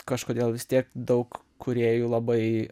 kažkodėl vis tiek daug kūrėjų labai